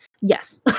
Yes